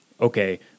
okay